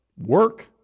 work